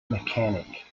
mechanic